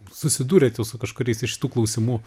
susidūrėt jau su kažkuriais iš šitų klausimų